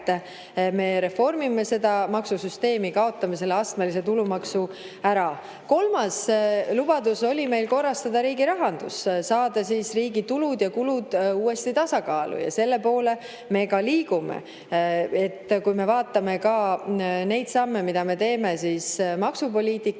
Me reformime maksusüsteemi, kaotame selle astmelise tulumaksu ära. Kolmas lubadus oli meil korrastada riigi rahandus, saada riigi tulud ja kulud uuesti tasakaalu. Ja selle poole me ka liigume. Kui me vaatame ka neid samme, mida me teeme maksupoliitikas,